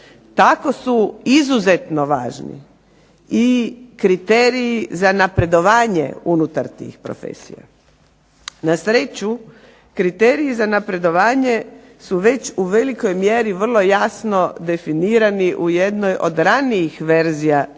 tako su izuzetno važni i kriteriji za napredovanje unutar tih profesija. Nasreću, kriteriji za napredovanje su već u velikoj mjeri vrlo jasno definirani u jednoj od ranijih verzija Zakona